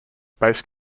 base